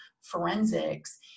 forensics